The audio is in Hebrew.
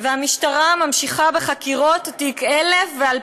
והמשטרה ממשיכה בחקירות תיק 1000 ו-2000